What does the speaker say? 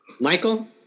Michael